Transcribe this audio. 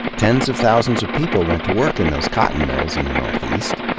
tens of thousands of people went to work in those cotton mills in the northeast,